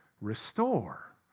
restore